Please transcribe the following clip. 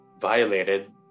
violated